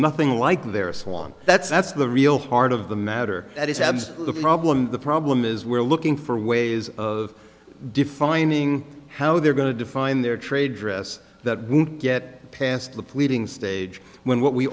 nothing like their swan that's that's the real heart of the matter that is abs the problem the problem is we're looking for ways of defining how they're going to define their trade dress that we get past the pleading stage when what we